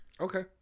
Okay